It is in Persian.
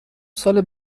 سال